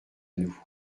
nous